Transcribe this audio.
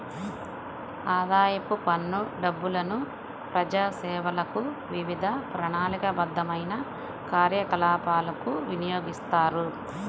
ఆదాయపు పన్ను డబ్బులను ప్రజాసేవలకు, వివిధ ప్రణాళికాబద్ధమైన కార్యకలాపాలకు వినియోగిస్తారు